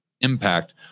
impact